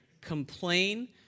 complain